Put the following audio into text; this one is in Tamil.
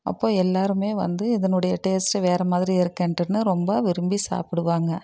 அப்போ எல்லாருமே வந்து இதனுடைய டேஸ்ட்டு வேறு மாதிரி இருக்கேன்ட்டுன்னு ரொம்ப விரும்பி சாப்பிடுவாங்க